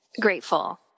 grateful